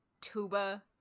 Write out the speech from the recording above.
tuba